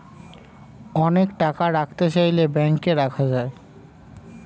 অনেক টাকা রাখতে চাইলে ব্যাংকে রাখা যায়